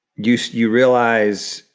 you so you realize,